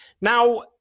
Now